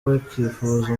bakifuza